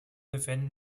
befinden